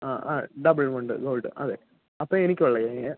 ആ ആ ഡബിൾ മുണ്ട് ഗോൾഡ് അതെ അപ്പോൾ എനിക്കുള്ളത് ആയി